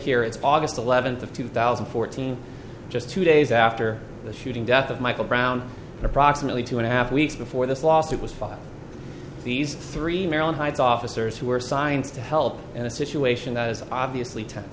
here it's august eleventh of two thousand and fourteen just two days after the shooting death of michael brown approximately two and a half weeks before this lawsuit was filed these three maryland heights officers who were signs to help in a situation that is obviously ten